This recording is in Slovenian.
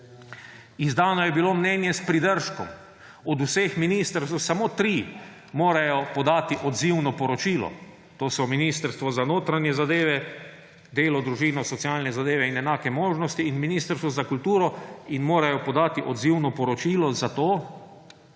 Izdano je bilo mnenje s pridržkom. Od vseh ministrstev samo tri morajo podati odzivno poročilo, to so Ministrstvo za notranje zadeve, Ministrstvo za delo, družino, socialne zadeve in enake možnosti in Ministrstvo za kulturo in morajo podati odzivno poročilo, zato